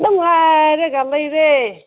ꯅꯨꯡꯉꯥꯏꯔꯒ ꯂꯩꯔꯦ